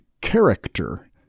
character